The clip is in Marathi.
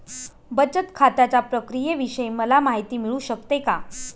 बचत खात्याच्या प्रक्रियेविषयी मला माहिती मिळू शकते का?